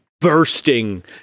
bursting